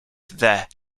that